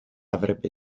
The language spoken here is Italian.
avrebbe